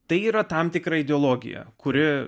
tai yra tam tikra ideologija kuri